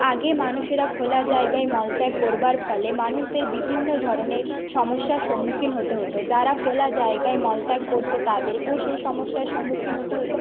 আগে মানুষেরা খোলা জায়গায় মলত্যাগ করবার ফলে মানুষদের বিভিন্ন ধরনের সমস্যার সম্মুখীন হতে হতো যারা খোলা জায়গায় মলত্যাগ করতো তাদেরকেও সেই সমস্যার সম্মুখীন হতে হতো